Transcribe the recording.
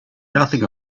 nothing